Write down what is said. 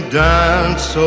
dance